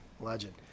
legend